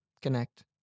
connect